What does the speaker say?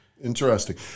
Interesting